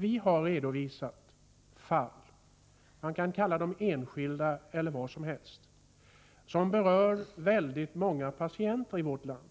Vi har redovisat fall — man kan kalla dem enskilda eller vad som helst — som berör många patienter i vårt land,